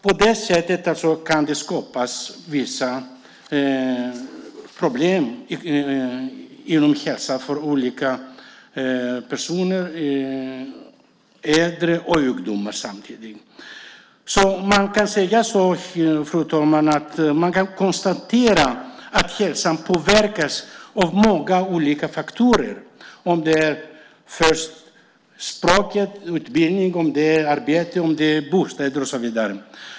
På det sättet kan det skapas vissa problem med hälsan för olika personer, både äldre och ungdomar. Man kan konstatera, fru talman, att hälsan påverkas av många olika faktorer. Det kan vara språket, utbildning, arbete, bostäder och så vidare.